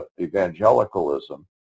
evangelicalism